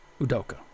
Udoka